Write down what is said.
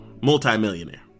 multimillionaire